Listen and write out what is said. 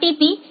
B U